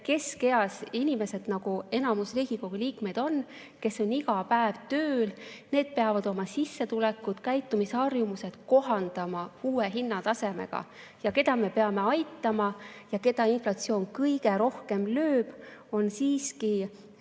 Keskeas inimesed, nagu enamik Riigikogu liikmeid on, kes käivad iga päev tööl, peavad oma sissetulekud ja käitumisharjumused kohandama uue hinnatasemega. Keda me peame aitama ja keda inflatsioon kõige rohkem lööb, on siiski